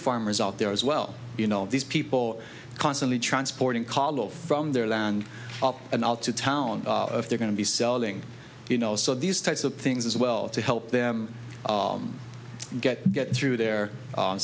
farmers out there as well you know all these people constantly transporting kahlo from their land and out to town if they're going to be selling you know so these types of things as well to help them get get through the